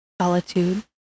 solitude